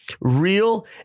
real